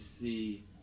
see